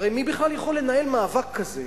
הרי מי בכלל יכול לנהל מאבק כזה